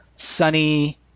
sunny